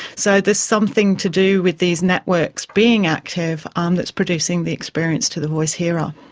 so there's something to do with these networks being active um that's producing the experience to the voice hearer.